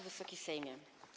Wysoki Sejmie!